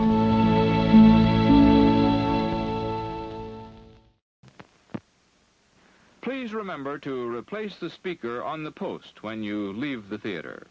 home please remember to replace the speaker on the post when you leave the theater